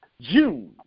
June